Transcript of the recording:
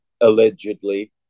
allegedly